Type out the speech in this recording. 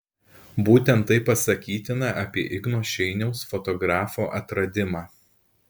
būtent tai pasakytina apie igno šeiniaus fotografo atradimą